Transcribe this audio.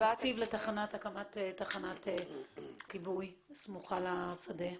התקציב להקמת תחנת כיבוי סמוכה לשדה.